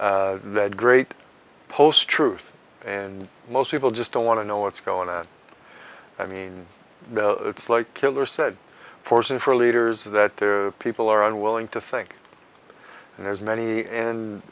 in that great post truth and most people just don't want to know what's going on i mean it's like killer said forcing for leaders that people are unwilling to think and there's many and